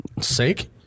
sake